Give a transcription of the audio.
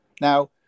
now